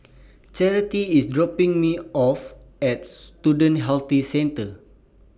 Charity IS dropping Me off At Student Health Centre